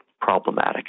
problematic